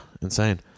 insane